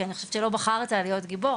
כי אני חושבת שלא בחרת להיות גיבור,